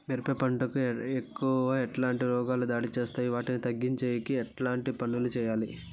మిరప పంట కు ఎక్కువగా ఎట్లాంటి రోగాలు దాడి చేస్తాయి వాటిని తగ్గించేకి ఎట్లాంటి పనులు చెయ్యాలి?